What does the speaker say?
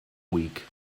weak